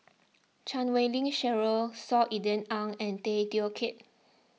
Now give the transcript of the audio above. Chan Wei Ling Cheryl Saw Ean Ang and Tay Teow Kiat